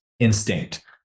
instinct